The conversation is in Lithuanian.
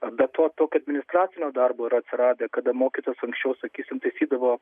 be to tokio administracinio darbo yra atsiradę kada mokytojas anksčiau sakysim taisydavo